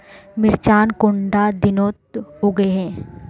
मिर्चान कुंडा दिनोत उगैहे?